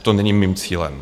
To není mým cílem.